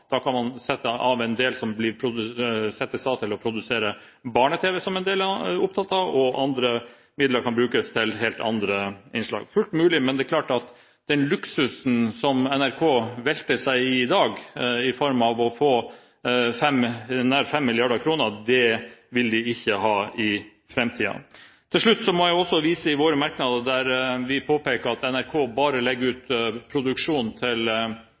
Da kan man sette av en del til å produsere barne-tv, som en del er opptatt av, og andre midler kan brukes til helt andre innslag. Det er fullt mulig. Men det er klart at den luksusen som NRK velter seg i i dag, i form av å få nær 5 mrd. kr, vil de ikke ha i framtiden. Til slutt må jeg også vise til våre merknader, der vi påpeker at NRK legger ut produksjon til